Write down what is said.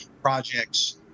projects